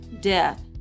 death